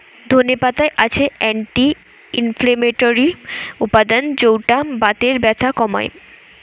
ধনে পাতায় আছে অ্যান্টি ইনফ্লেমেটরি উপাদান যৌটা বাতের ব্যথা কমায়